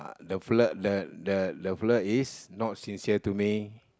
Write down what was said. the fella the the the fella is not sincere to me